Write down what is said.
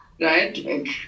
right